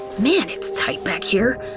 man, it's tight back here.